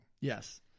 Yes